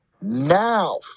now